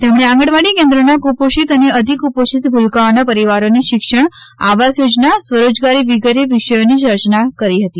તેમણે આંગણવાડી કેન્દ્રોના કુપોષિત અને અતિકુપોષિત ભૂલકાઓના પરિવારોને શિક્ષણ આવાસ યોજના સ્વરોજગારી વગેરે વિષયોની ચર્ચા કરી હતી